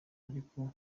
ariko